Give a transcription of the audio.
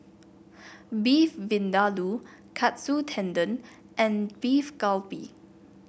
Beef Vindaloo Katsu Tendon and Beef Galbi